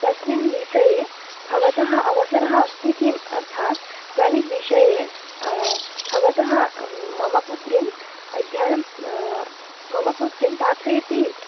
तस्मिन् विषये भवतः अवसरः अस्ति किम् अर्थात् गणितविषये भवतः मम पुत्रीं अध्ययनं मम पुत्रीं पाठयति